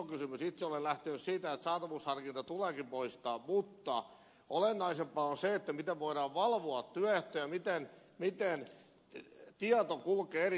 itse olen lähtenyt siitä että saatavuusharkinta tuleekin poistaa mutta olennaisempaa on se miten voidaan valvoa työehtoja miten tieto kulkee eri viranomaisten taholla